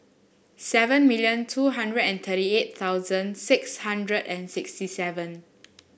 seven million two hundred and thirty eight thousand six hundred and sixty seven